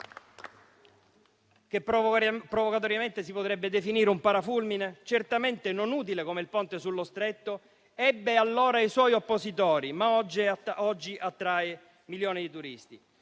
che provocatoriamente si potrebbe definire un parafulmine, certamente non utile come il Ponte sullo Stretto, ebbe allora i suoi oppositori, ma oggi attrae milioni di turisti.